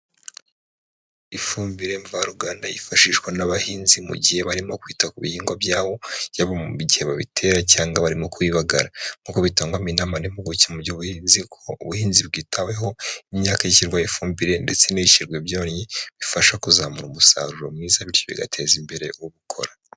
Ifumbire mvaruganda yifashishwa n'abahinzi mu gihe barimo kwita ku bihingwa byabo yaba mu gihe babitera cyangwa barimo kubagara nk'uko bitangwa mo inama n'impimpuguke mu by'ubuhinzi kuko ubuhinzi bwitaweho imyaka ishyirwaho ifumbire ndetse n'iyicirwa ibyonyi bifasha kuzamura umusaruro mwiza bityo bigateza imbere ubukora.